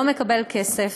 והוא לא מקבל כסף,